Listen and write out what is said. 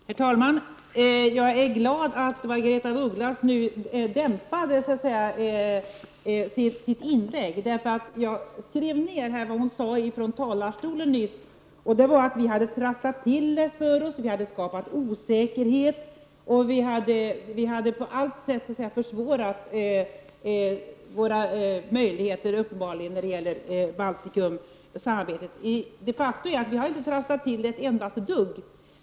Herr talman! Jag är glad för att Margaretha af Ugglas nyanserade sig i sin replik. Jag skrev ned vad hon tidigare sade här från talarstolen. Hon sade då att vi hade trasslat till det för oss, skapat osäkerhet och på allt sätt försvårat ett samarbete med de baltiska staterna. Faktum är att vi inte trasslat till det ett endaste dugg.